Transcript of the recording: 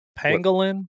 pangolin